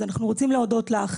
אז אנחנו רוצים להודות לך,